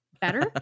better